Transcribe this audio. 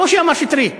כמו שאמר שטרית.